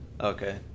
Okay